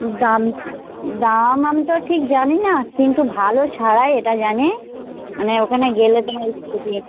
দাম দাম আমি তো ঠিক জানি না কিন্তু ভালো সারায় এটা জানি মানে ওখানে গেলে তোমার একটুতেই